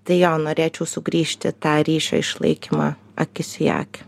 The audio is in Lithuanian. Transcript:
tai jo norėčiau sugrįžt į tą ryšio išlaikymą akis į akį